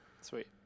sweet